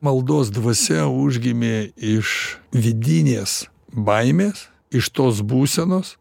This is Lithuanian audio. maldos dvasia užgimė iš vidinės baimės iš tos būsenos